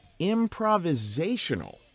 improvisational